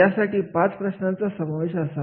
यासाठी पाच प्रश्नांचा समावेश असावा